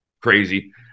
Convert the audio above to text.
crazy